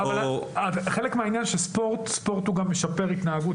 חלק מהעניין הוא שספורט גם משפר התנהגות,